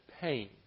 pain